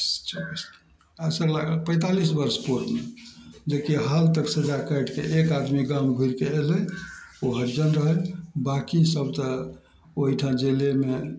चा आइसँ लगभग पैतालीस वर्ष पूर्वमे जेकि हाल तक सजा काटिके एक आदमी गाम घुरिके एलय ओ हरिजन रहय बाँकी सब तऽ ओहिठाम जेलेमे